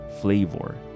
flavor